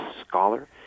scholar